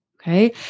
okay